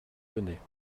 venaient